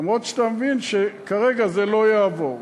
למרות שאתה מבין שכרגע זה לא יעבור.